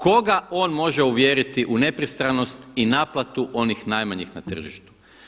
Koga on može uvjeriti u nepristranost i naplatu onih najmanjih na tržištu?